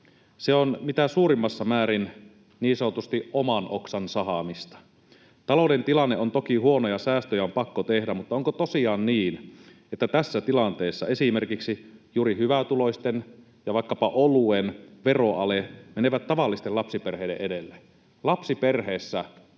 Se on mitä suurimmassa määrin niin sanotusti oman oksan sahaamista. Talouden tilanne on toki huono ja säästöjä on pakko tehdä, mutta onko tosiaan niin, että tässä tilanteessa esimerkiksi juuri hyvätuloisten ja vaikkapa oluen veroale menevät tavallisten lapsiperheiden edelle?